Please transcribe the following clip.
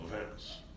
events